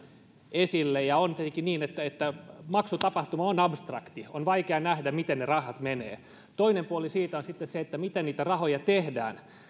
esille on tietenkin niin että että maksutapahtuma on abstrakti on vaikea nähdä miten ne rahat menevät toinen puoli siitä on sitten se miten niitä rahoja tehdään